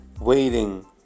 waiting